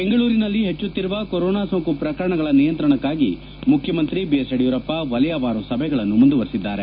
ಬೆಂಗಳೂರಿನಲ್ಲಿ ಹೆಚ್ಚುತ್ತಿರುವ ಕೊರೋನಾ ಸೋಂಕು ಪ್ರಕರಣಗಳ ನಿಯಂತ್ರಣಕ್ಕಾಗಿ ಮುಖ್ಯಮಂತ್ರಿ ಬಿ ಎಸ್ ಯಡಿಯೂರಪ್ಪ ವಲಯವಾರು ಸಭೆಗಳನ್ನು ಮುಂದುವರಿಸಿದ್ದಾರೆ